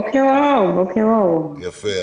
יפה.